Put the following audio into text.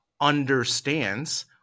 understands